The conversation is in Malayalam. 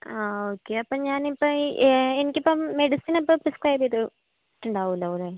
ആ ഓക്കേ അപ്പം ഞാനിപ്പം ഈ എനിക്കിപ്പം മെഡിസിൻ ഇപ്പം പ്രിസ്ക്രൈബ് ചെയ്തിട്ടുണ്ടാവുമല്ലോ അല്ലേ